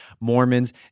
Mormons